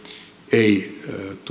ei